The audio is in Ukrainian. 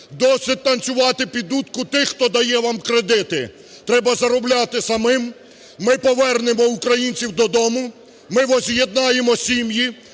досить танцювати під дудку тих, хто дає вам кредити, треба заробляти самим. Ми повернемо українців до дому, ми возз'єднаємо сім'ї,